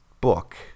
book